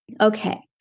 Okay